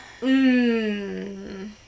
Mmm